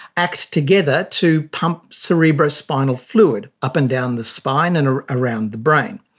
acts together to pump cerebrospinal fluid up and down the spine and around the brain,